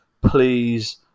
please